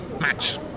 match